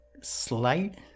slide